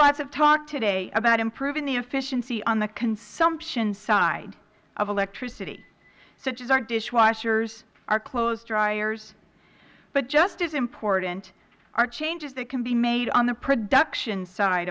lots of talk today about improving the efficiency on the consumption side of electricity such as our dishwashers our clothes dryers but just as important are changes that can be made on the production side